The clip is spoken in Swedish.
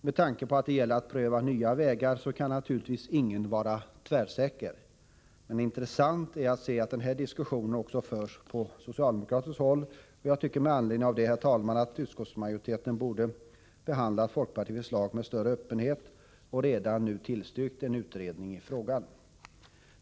Med tanke på att det gäller att pröva nya vägar kan naturligtvis ingen vara tvärsäker. Men intressant är att se att denna diskussion förs också på socialdemokratiskt håll. Jag tycker med anledning härav, herr talman, att utskottsmajoriteten borde ha behandlat folkpartiets förslag med större öppenhet och redan nu ha tillstyrkt en utredning i frågan.